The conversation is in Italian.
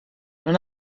non